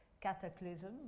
cataclysm